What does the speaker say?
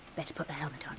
better put the helmet ah